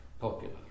popular